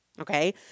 okay